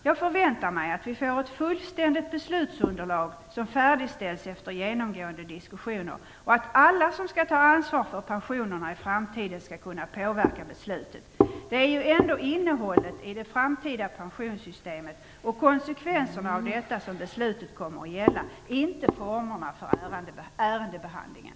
Jag förväntar mig att vi får ett fullständigt beslutsunderlag, som färdigställts efter genomgående diskussioner, och att alla som skall ta ansvar för pensionerna i framtiden skall kunna påverka beslutet. Det är ju ändå innehållet i det framtida pensionssystemet och konsekvenserna av detta som beslutet kommer att gälla - inte formerna för ärendebehandlingen.